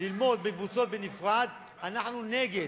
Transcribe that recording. ללמוד בקבוצות בנפרד, אנחנו נגד.